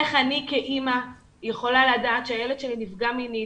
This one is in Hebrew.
איך אני כאמא יכולה לדעת שהילד שלי נפגע מינית?